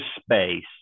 space